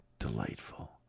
delightful